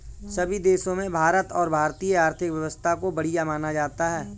सभी देशों में भारत और भारतीय आर्थिक व्यवस्था को बढ़िया माना जाता है